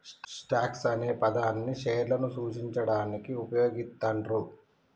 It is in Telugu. స్టాక్స్ అనే పదాన్ని షేర్లను సూచించడానికి వుపయోగిత్తండ్రు